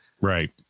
Right